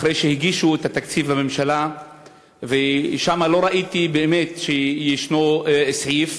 אחרי שהגישו את התקציב לממשלה ושם לא ראיתי שישנו סעיף